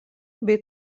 bei